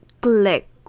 click